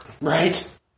Right